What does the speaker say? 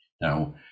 Now